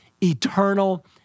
eternal